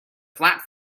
flap